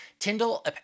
Tyndall